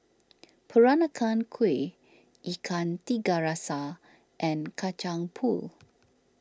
Peranakan Kueh Ikan Tiga Rasa and Kacang Pool